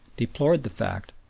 deplored the fact,